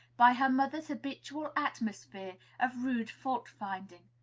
by her mother's habitual atmosphere of rude fault-finding.